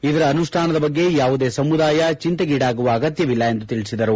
ಇದರ ಅನಷ್ಠಾನದ ಬಗ್ಗೆ ಯಾವುದೇ ಸಮುದಾಯ ಚಂತೆಗೀಡಾಗುವ ಅಗತ್ಕವಿಲ್ಲ ಎಂದು ತಿಳಿಸಿದರು